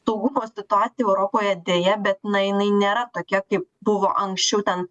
saugumo situacija europoje deja bet na jinai nėra tokia kaip buvo anksčiau ten